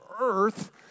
earth